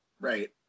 right